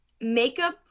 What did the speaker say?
makeup